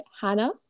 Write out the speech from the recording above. hannah